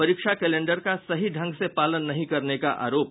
परीक्षा कैलेंडर का सही ढंग से पालन नहीं करने का आरोप